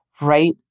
right